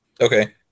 Okay